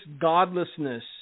godlessness